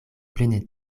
plene